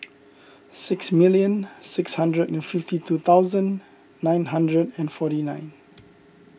six million six hundred and fifty two thousand nine hundred and forty nine